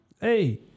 hey